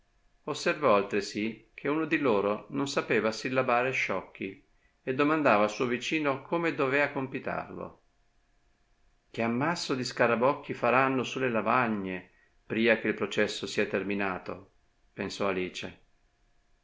loro lavagne osservò altresì che uno di loro non sapeva sillabare sciocchi e domandava al suo vicino come dovea compitarlo che ammasso di scarabocchi faranno sulle lavagne pria che il processo sia terminato pensò alice